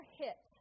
hit